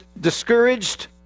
discouraged